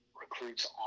recruits